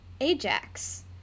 Ajax